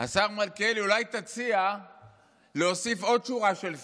השר מלכיאלי, אולי תציע להוסיף עוד שורה של שרים.